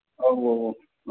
औ औ औ औ